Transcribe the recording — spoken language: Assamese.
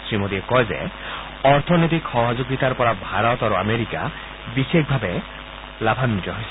শ্ৰীমোডীয়ে কয় যে অৰ্থনৈতিক সহযোগিতাৰ পৰা ভাৰত আৰু আমেৰিকা বিশেষভাৱে লাভাগ্বিত হৈছে